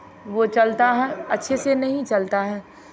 वो चलता है अच्छे से नहीं चलता है